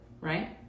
right